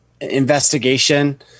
investigation